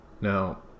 Now